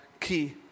key